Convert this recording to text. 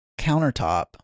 countertop